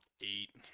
Eight